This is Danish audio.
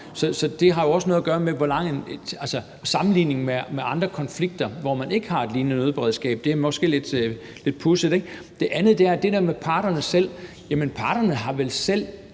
har skullet være der. Altså, sammenligningen med andre konflikter, hvor man ikke har et lignende nødberedskab, er måske lidt pudsig, ikke? Det andet er det der med parterne selv. Jamen parterne har vel selv